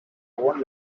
own